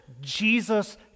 Jesus